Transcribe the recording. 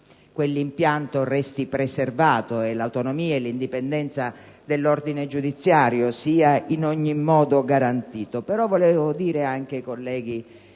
quell'impianto resti preservato e l'autonomia e l'indipendenza dell'ordine giudiziario siano in ogni modo garantiti.